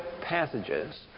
passages